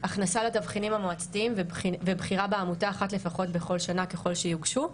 הכנסה לתבחינים המועצתיים ובחירה בעמותה אחת לפחות בכל שנה ככל שיוגשו.